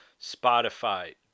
Spotify